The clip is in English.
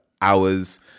hours